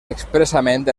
expressament